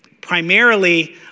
primarily